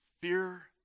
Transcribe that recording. fear